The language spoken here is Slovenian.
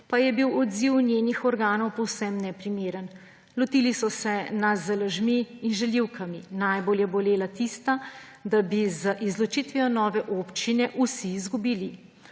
pa je bil odziv njenih organov povsem neprimeren. Lotili so se nas z lažmi in žaljivkami. Najbolj je bolela tista, da bi z izločitvijo nove občine vsi izgubili,